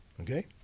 okay